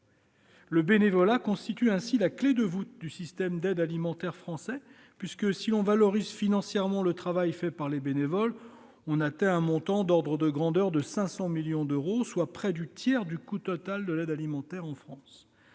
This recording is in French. Le bénévolat constitue donc la clé de voûte du système d'aide alimentaire français. Si l'on valorise financièrement le travail effectué par les bénévoles, on atteint un montant de l'ordre de 500 millions d'euros, soit près du tiers du coût total de l'aide alimentaire en France.